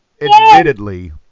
admittedly